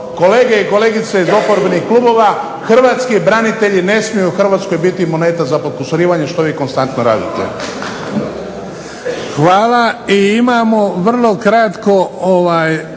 kolege i kolegice iz oporbenih klubova, hrvatski branitelji ne smiju u Hrvatskoj biti moneta za …/Govornik se ne razumije./… što vi konstantno radite.